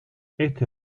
este